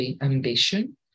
ambition